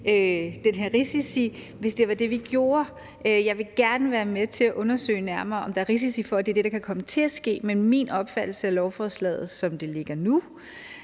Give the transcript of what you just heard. den her risiko, hvis det var det, vi gjorde. Jeg vil gerne være med til at undersøge nærmere, om der er risiko for, at det er det, der kan komme til at ske. Med min opfattelse af lovforslaget, som det ligger nu,